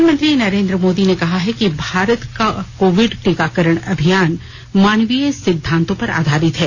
प्रधानमंत्री नरेन्द्र मोदी ने कहा है कि भारत का कोविड टीकाकरण अभियान मानवीय सिद्धांतों पर आधारित है